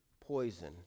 poison